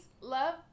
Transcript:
love